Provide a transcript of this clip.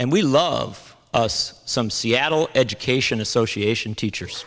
and we love some seattle education association teachers